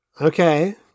okay